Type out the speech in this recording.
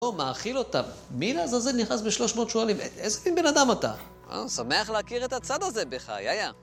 או מאכיל אותה. מי לעזאזל נכנס בשלוש מאות שואלים? איזה מן בן אדם אתה? אה, שמח להכיר את הצד הזה בך, יאיא.